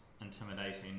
intimidating